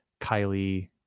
kylie